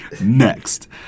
Next